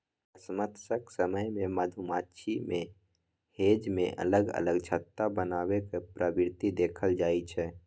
बसंमतसक समय मे मधुमाछी मे हेंज मे अलग अलग छत्ता बनेबाक प्रवृति देखल जाइ छै